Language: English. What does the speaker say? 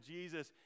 Jesus